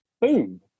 boom